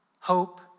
Hope